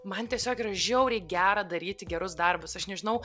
man tiesiog yra žiauriai gera daryti gerus darbus aš nežinau